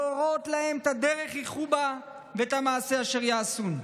להורות להם את הדרך אשר ילכו בה ואת המעשה אשר יעשון.